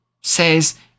Says